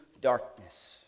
darkness